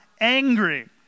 angry